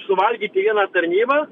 suvalgyti vieną tarnybą